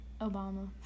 Obama